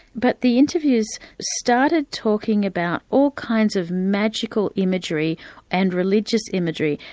but the interviews started talking about all kinds of magical imagery and religious imagery.